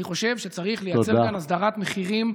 אני חושב שצריך לייצר כאן הסדרת מחירים.